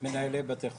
מנהלי בתי חולים.